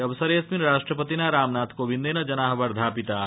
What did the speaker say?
अवसरेऽस्मिन् राष्ट्रपतिना रामनाथ कोविन्देन जना वर्धापिता